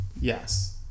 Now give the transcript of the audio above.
Yes